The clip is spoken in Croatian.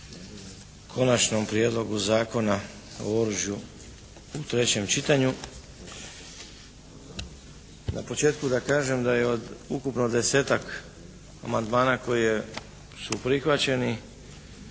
Konačnom prijedlogu Zakona o oružju u trećem čitanju. Na početku da kažem da je od ukupno desetak amandmana koji su prihvaćeni